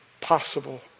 possible